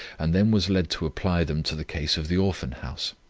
and then was led to apply them to the case of the orphan-house.